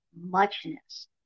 muchness